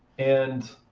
and